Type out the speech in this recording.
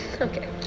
Okay